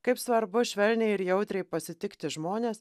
kaip svarbu švelniai ir jautriai pasitikti žmones